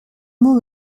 mot